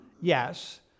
yes